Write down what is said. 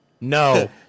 No